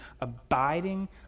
abiding